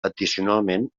addicionalment